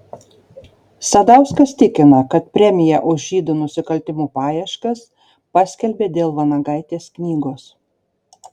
sadauskas tikina kad premiją už žydų nusikaltimų paieškas paskelbė dėl vanagaitės knygos